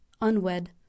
unwed